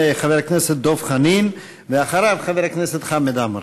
חבר הכנסת דב חנין, ואחריו, חבר הכנסת חמד עמאר.